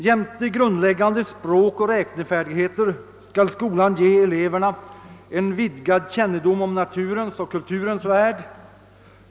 Jämte grundläggande språkoch räknefärdigheter skall skolan ge eleverna en vidgad kännedom om naturens och kulturens värld.